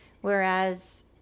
Whereas